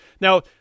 Now